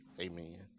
Amen